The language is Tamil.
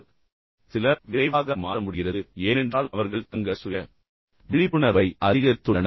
இப்போது அது தவிர சிலர் விரைவாக மாற முடிகிறது ஏனென்றால் அவர்கள் தங்கள் சுய விழிப்புணர்வை அதிகரித்துள்ளனர்